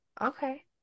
okay